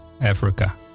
Africa